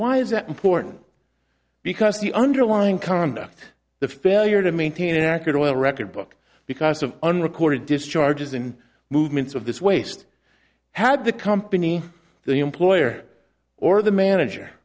why is that important because the underlying conduct the failure to maintain an accurate record book because of unrecorded discharges and movements of this waste had the company the employer or the manager